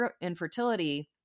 infertility